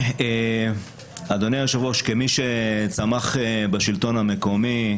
אדוני היושב-ראש, כמי שצמח בשלטון המקומי